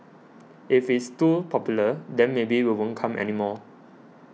if it's too popular then maybe we won't come anymore